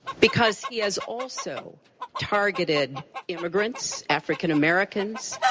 because he has also targeted immigrants, african-americans,